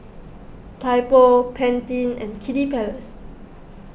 Typo Pantene and Kiddy Palace